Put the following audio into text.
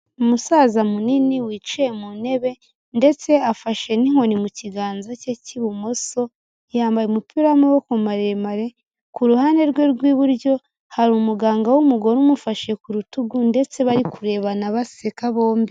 Umusaza munini wicaye mu ntebe, ndetse afashe n'inkoni mu kiganza cye cy'ibumoso, yambaye umupira w'amaboko maremare, ku ruhande rwe rw'iburyo hari umuganga w'umugore umufashe ku rutugu, ndetse bari kurebana baseka bombi.